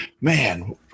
man